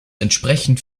entsprechend